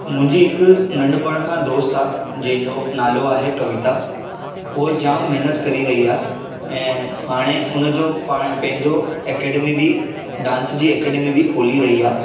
मुंहिंजी हिकु नंढपिणु खां दोस्त आहे जंहिंजो नालो आहे कविता हूअ जामु महिनत करे रही आहे ऐं हाणे उनजो पाण पंहिंजो एकेडेमी बि डान्स जी एकेडेमी बि खोले रही आहे